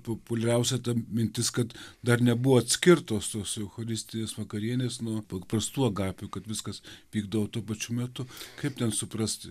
populiariausia ta mintis kad dar nebuvo atskirtos tos eucharistinės vakarienės nuo paprastų agapių kad viskas vykdavo tuo pačiu metu kaip ten suprasti